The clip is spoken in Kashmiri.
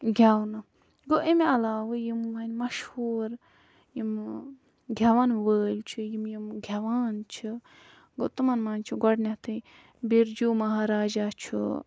گٮ۪ونہٕ گوٚو اَمہِ عَلاوٕ یِم وۄنۍ مَشہوٗر یِم گٮ۪وَن وٲلۍ چھِ یِم یِم گٮ۪وان چھِ گوٚو تِمَن مَنٛز چھِ گۄڈٕنٮ۪تھٕے بِرجوٗ مہاراجا چھُ